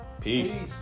Peace